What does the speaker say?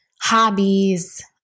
hobbies